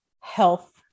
health